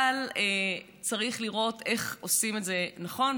אבל צריך לראות איך עושים את זה נכון.